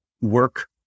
work